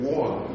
one